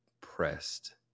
pressed